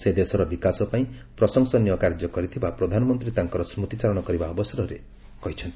ସେ ଦେଶର ବିକାଶ ପାଇଁ ପ୍ରଶଂସନୀୟ କାର୍ଯ୍ୟ କରିଥିବା ପ୍ରଧାନମନ୍ତ୍ରୀ ତାଙ୍କର ସ୍କତିଚାରଣ କରିବା ଅବସରରେ କହିଛନ୍ତି